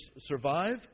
survive